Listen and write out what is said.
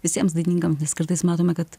visiems dainininkam nes kartais matome kad